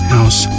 House